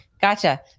Gotcha